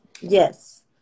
Yes